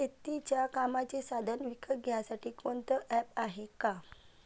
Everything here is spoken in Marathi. शेतीच्या कामाचे साधनं विकत घ्यासाठी कोनतं ॲप हाये का?